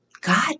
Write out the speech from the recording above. God